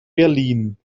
berlin